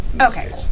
Okay